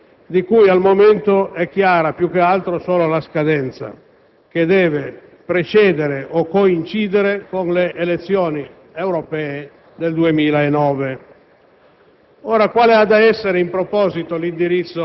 definire una scala di priorità e di impegni di cui al momento è chiara soltanto la scadenza che deve precedere o coincidere con le elezioni europee del 2009.